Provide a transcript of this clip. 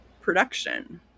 production